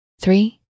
three